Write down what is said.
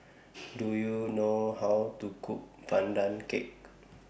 Do YOU know How to Cook Pandan Cake